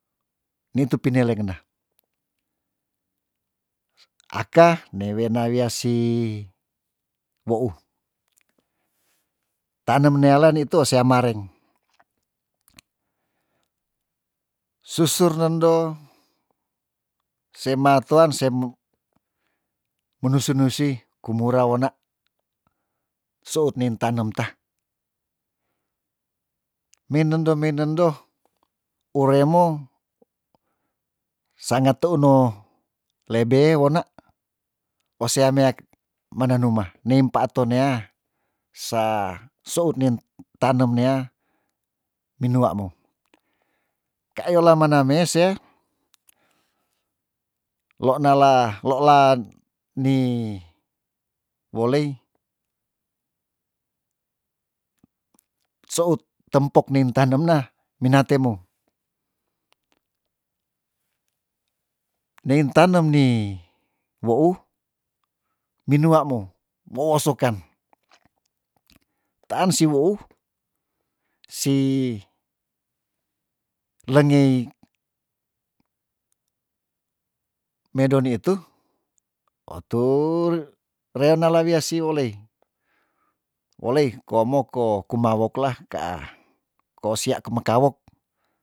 Nitu pinelek na aka newena wia si wou tane menealen nitu sea mareng susur nendo se matouan semuk munusu nusui kumura wona sout nin tanem tah minendo minendo uremo sanga teu no lebe wona esea meak menenumah neim paato nea sa sout nin tanem nea minua mo kayola maname se lonala lolan ni wolei seut tempok nein tanem na mina temo nein tanem ni wou minua mo moosokan taan si wou si lengei medo nitu otu reona lewia si olei olei koa moko kumaok la kaah koosia kemekaok